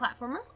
platformer